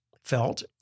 felt